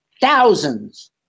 thousands